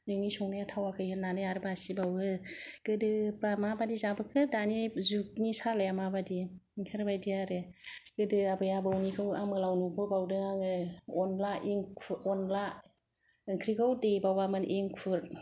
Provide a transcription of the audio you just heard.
नोंनि संनाया थावाखै होननानै आरो बासि बावो गोदोबा माबायदि जाबोखो दानि जुगनि सालाया मा बायदि बेफोर बायदि आरो गोदो आबै आबौ निखौ आमोलाव नुबो बावदों आङो अनला एंखुर अनला ओंख्रिखौ देबावामोन एंखुर